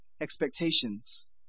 expectations